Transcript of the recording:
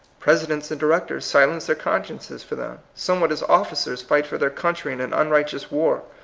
presidents and directors silence their consciences for them, somewhat as officers fight for their country in an un righteous war,